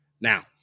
Now